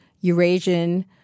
Eurasian